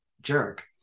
jerk